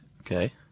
Okay